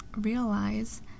realize